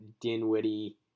Dinwiddie